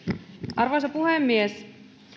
arvoisa puhemies